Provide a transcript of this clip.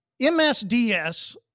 MSDS